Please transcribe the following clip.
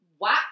WAP